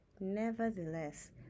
Nevertheless